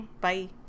Bye